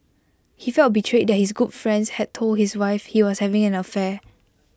he felt betrayed that his good friend had told his wife he was having an affair